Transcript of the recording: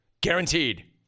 Guaranteed